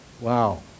Wow